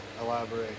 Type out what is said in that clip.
elaborate